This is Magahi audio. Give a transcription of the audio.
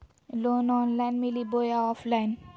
लोन ऑनलाइन मिली बोया ऑफलाइन?